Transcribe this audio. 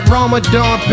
Ramadan